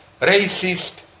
racist